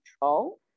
control